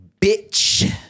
Bitch